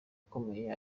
ukomeye